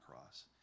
cross